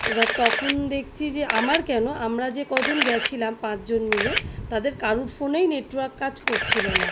এবার তখন দেখছি যে আমার কেন আমরা যে কজন গিয়েছিলাম পাঁচজন মিলে তাদের কারুর ফোনেই নেটওয়র্ক কাজ করছিলো না